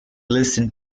listen